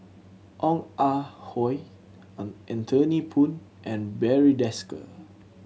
Ong Ah Hoi an Anthony Poon and Barry Desker